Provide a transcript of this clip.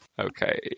Okay